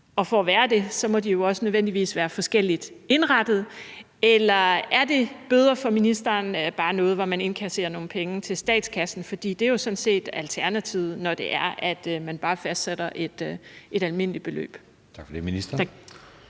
For at være det må de jo nødvendigvis også være forskelligt indrettet. Eller er bøder for ministeren bare noget, man bruger til at indkassere penge til statskassen? For det er jo sådan set alternativet, når man bare fastsætter et almindeligt beløb. Tak. Kl. 16:44 Anden